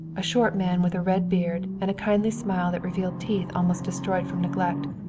a short man with a red beard and a kindly smile that revealed teeth almost destroyed from neglect,